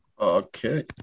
Okay